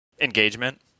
engagement